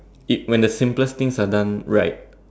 it when the simplest things are done right